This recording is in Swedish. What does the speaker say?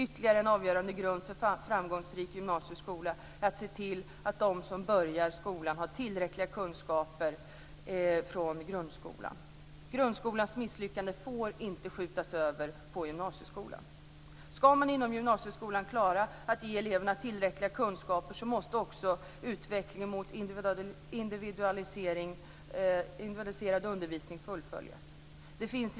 Ytterligare en avgörande grund för en framgångsrik gymnasieskola är att se till att de som börjar gymnasieskolan har tillräckliga kunskaper från grundskolan. Grundskolans misslyckande får inte skjutas över på gymnasieskolan. Ska man inom gymnasieskolan klara att ge eleverna tillräckliga kunskaper måste också utvecklingen mot en individualiserad undervisning fullföljas.